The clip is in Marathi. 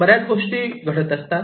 बऱ्याच गोष्टी घडत असतात